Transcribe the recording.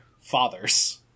fathers